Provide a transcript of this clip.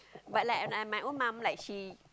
but like and I my own mom like she